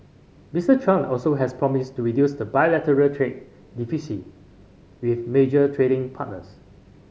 Mister Trump also has promised to reduce bilateral trade deficits with major trading partners